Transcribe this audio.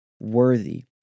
worthy